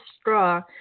straw